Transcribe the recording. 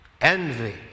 envy